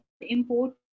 import